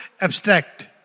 abstract